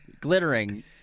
Glittering